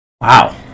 Wow